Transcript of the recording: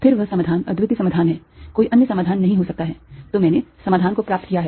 फिर वह समाधान अद्वितीय समाधान है कोई अन्य समाधान नहीं हो सकता है तो मैंने समाधान को प्राप्त किया है